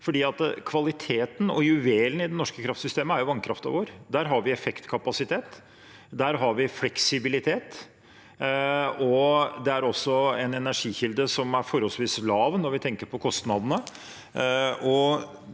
Kvaliteten og juvelen i det norske kraftsystemet er vannkraften vår. Der har vi effektkapasitet, der har vi fleksibilitet, og det er også en energikilde som er forholdsvis lav når vi tenker på kostnadene.